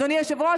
אדוני היושב-ראש,